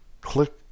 click